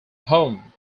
home